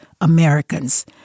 Americans